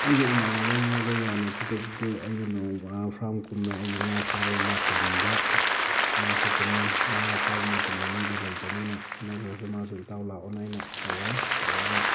ꯑꯩꯒ ꯏꯃꯥꯟꯅꯕ ꯑꯃꯒ ꯌꯥꯅꯈꯤꯗꯕꯗꯨ ꯑꯩꯅ ꯅꯣꯡꯃ ꯐꯥꯔꯝ ꯀꯨꯝꯃꯦ ꯑꯩꯒꯤ ꯉꯥ ꯐꯥꯕ ꯃꯇꯝꯗ ꯃꯥꯁꯨ ꯀꯨꯝꯃꯦ ꯉꯥ ꯐꯥꯕ ꯃꯇꯝꯗ ꯃꯤꯗꯣ ꯂꯩꯇꯕꯅꯤꯅ ꯈꯠꯅꯈ꯭ꯔꯒꯁꯨ ꯃꯥꯁꯨ ꯏꯇꯥꯎ ꯂꯥꯛꯑꯣꯅ ꯑꯩꯅ ꯀꯧꯔꯦ ꯀꯧꯔꯒ